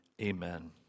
amen